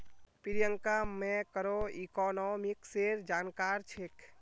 प्रियंका मैक्रोइकॉनॉमिक्सेर जानकार छेक्